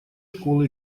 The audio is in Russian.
школы